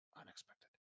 unexpected